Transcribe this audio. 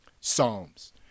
Psalms